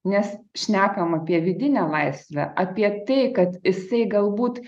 nes šnekam apie vidinę laisvę apie tai kad jisai galbūt